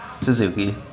Suzuki